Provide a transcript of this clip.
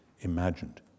imagined